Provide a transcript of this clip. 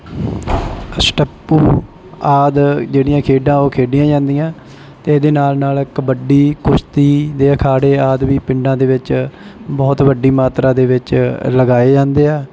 ਸਟੱਪੂ ਆਦਿ ਜਿਹੜੀਆਂ ਖੇਡਾਂ ਉਹ ਖੇਡੀਆਂ ਜਾਂਦੀਆਂ ਅਤੇ ਇਹਦੇ ਨਾਲ ਨਾਲ ਕਬੱਡੀ ਕੁਸ਼ਤੀ ਦੇ ਅਖਾੜੇ ਆਦਿ ਵੀ ਪਿੰਡਾਂ ਦੇ ਵਿੱਚ ਬਹੁਤ ਵੱਡੀ ਮਾਤਰਾ ਦੇ ਵਿੱਚ ਲਗਾਏ ਜਾਂਦੇ ਆ